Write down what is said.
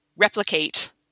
replicate